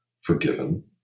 forgiven